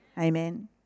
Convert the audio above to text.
Amen